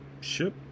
ship